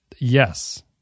yes